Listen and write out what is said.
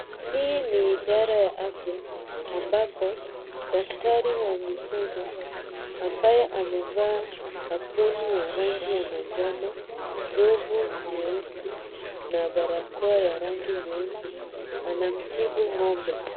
Hii ni idara ya afya ambapo daktari wa mifugo, ambaye amevaa aproni ya rangi ya manjano, glovu nyeusi na barakoa ya rangi nyeusi, anamtibu ng'ombe.